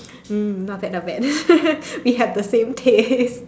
mm not bad not bad we have the same taste